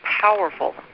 powerful